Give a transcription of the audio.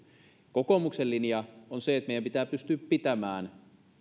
kokoomuksen linja on se että meidän pitää pystyä pitämään